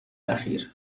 اخیر